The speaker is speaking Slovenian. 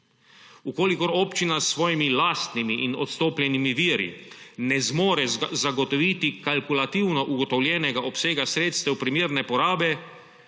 kolikor občina s svojimi lastnimi in odstopljenimi viri ne zmore zagotoviti kalkulativno ugotovljenega obsega sredstev primerne porabe,